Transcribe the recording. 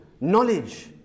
knowledge